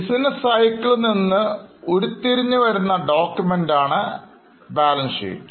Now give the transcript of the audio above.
business സൈക്കിളിൽ നിന്ന് ഉരുത്തിരിഞ്ഞുവരുന്ന document ആണ് ബാലൻസ് ഷീറ്റ്